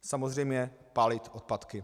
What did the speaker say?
Samozřejmě pálit odpadky.